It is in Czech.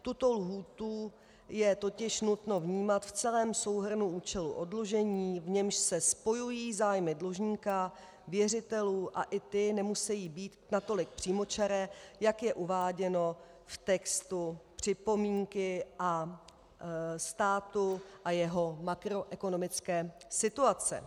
Tuto lhůtu je totiž nutno vnímat v celém souhrnu účelu oddlužení, v němž se spojují zájmy dlužníka, věřitelů, a i ty nemusejí být natolik přímočaré, jak je uváděno v textu připomínky státu a jeho makroekonomické situace.